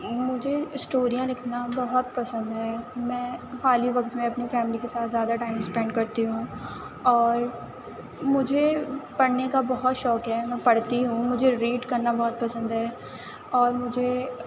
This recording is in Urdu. مجھے اسٹوریاں لکھنا بہت پسند ہے میں خالی وقت میں اپنی فیملی کے ساتھ زیادہ ٹائم اسپینڈ کرتی ہوں اور مجھے پڑھنے کا بہت شوق ہے میں پڑھتی ہوں مجھے ریڈ کرنا بہت پسند ہے اور مجھے